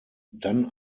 dann